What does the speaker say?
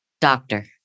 doctor